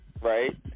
right